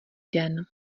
den